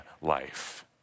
life